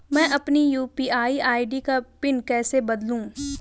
मैं अपनी UPI ID का पिन कैसे बदलूं?